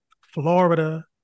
Florida